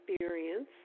experience